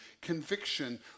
conviction